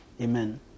Amen